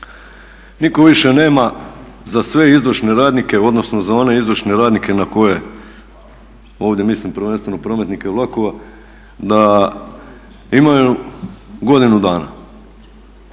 nitko više nema za sve izvršne radnike, odnosno za one izvršne radnike na koje, ovdje mislim prvenstveno na prometnike vlakova da imaju godinu dana.